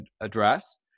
address